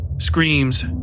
Screams